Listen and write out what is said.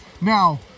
Now